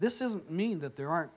this isn't mean that there aren't